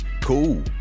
cool